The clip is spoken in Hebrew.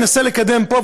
מנסה לקדם פה,